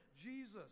Jesus